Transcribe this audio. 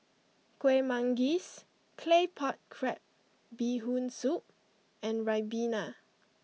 Kueh Manggis Claypot Crab Bee Hoon Soup and Ribena